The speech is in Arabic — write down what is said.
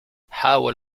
حاول